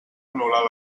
anul·lar